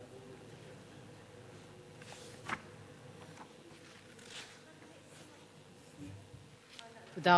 תודה